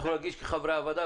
אנחנו נגיש כחברי וועדה,